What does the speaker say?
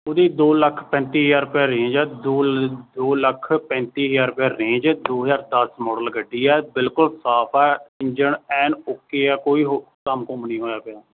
ਉਹਦੀ ਦੋ ਲੱਖ ਪੈਂਤੀ ਹਜ਼ਾਰ ਰੁਪਇਆ ਰੇਂਜ ਹੈ ਦੋ ਦੋ ਲੱਖ ਪੈਂਤੀ ਹਜ਼ਾਰ ਰੁਪਇਆ ਰੇਂਜ ਦੋ ਹਜ਼ਾਰ ਦਸ ਮੌਡਲ ਗੱਡੀ ਹੈ ਬਿਲਕੁਲ ਸਾਫ਼ ਹੈ ਇੰਜਣ ਐਨ ਓਕੇ ਕੋਈ ਕੰਮ ਕੁੰਮ ਨੀ ਹੋਇਆ ਪਿਆ